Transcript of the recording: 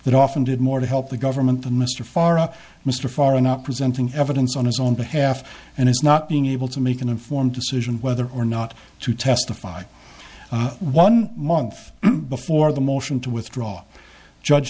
that often did more to help the government than mr farrer mr farrer not presenting evidence on his own behalf and his not being able to make an informed decision whether or not to testify one month before the motion to withdraw judge